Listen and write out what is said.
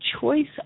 choice